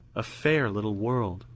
a fair little world,